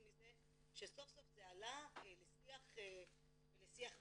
מזה שסוף סוף זה עלה לשיח ולשיח בכנסת.